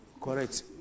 correct